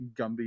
gumby